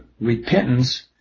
repentance